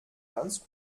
ganz